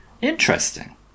Interesting